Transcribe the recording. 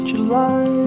July